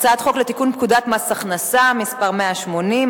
הצעת חוק לתיקון פקודת מס הכנסה (מס' 180),